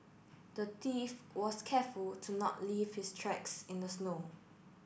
the thief was careful to not leave his tracks in the snow